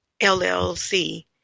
LLC